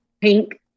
Pink